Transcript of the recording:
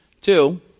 Two